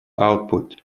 output